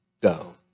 go